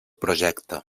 projecte